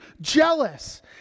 jealous